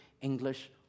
English